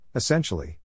Essentially